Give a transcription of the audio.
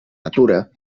natura